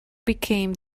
became